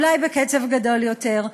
אולי בקצב מהיר יותר.